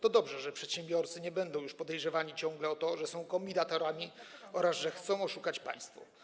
To dobrze, że przedsiębiorcy nie będą już ciągle podejrzewani o to, że są kombinatorami oraz że chcą oszukać państwo.